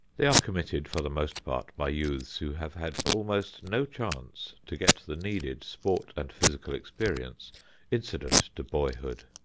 they are committed for the most part by youths who have had almost no chance to get the needed sport and physical experience incident to boyhood.